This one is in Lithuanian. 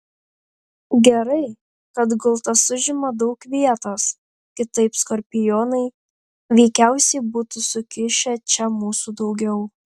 gerai kad gultas užima daug vietos kitaip skorpionai veikiausiai būtų sukišę čia mūsų daugiau